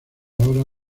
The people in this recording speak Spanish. hora